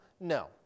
No